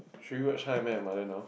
should we watch how i met your mother now